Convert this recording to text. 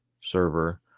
server